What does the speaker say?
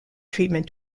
treatment